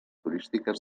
turístiques